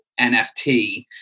NFT